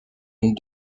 une